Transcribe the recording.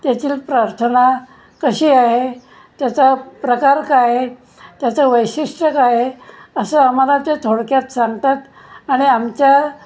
तेथील प्रार्थना कशी आहे त्याचा प्रकार काय आहे त्याचं वैशिष्ट्य काय आहे असं आम्हाला ते थोडक्यात सांगतात आणि आमच्या